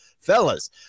Fellas